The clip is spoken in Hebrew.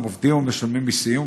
הם עובדים ומשלמים מיסים,